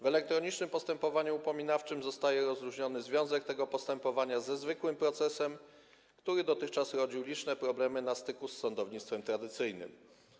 W elektronicznym postępowaniu upominawczym zostaje rozluźniony związek tego postępowania ze zwykłym procesem, który dotychczas rodził liczne problemy na styku z sądownictwem tradycyjnym.